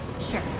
Sure